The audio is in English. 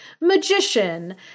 magician